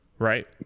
right